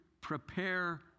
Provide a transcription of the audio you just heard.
prepare